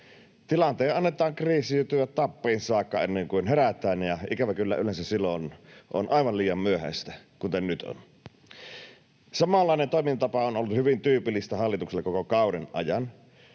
Tilanteen annetaan kriisiytyä tappiin saakka ennen kuin herätään, ja ikävä kyllä, yleensä silloin on aivan liian myöhäistä, kuten nyt on. Samanlainen toimintatapa on ollut hyvin tyypillistä hallitukselle koko kauden ajan.